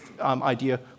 idea